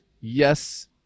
yes